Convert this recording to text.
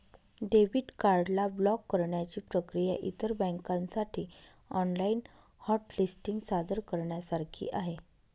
debit card ला block करण्याची प्रक्रिया इतर बँकांसाठी ऑनलाइन हॉट लिस्टिंग सादर करण्यासारखी आहे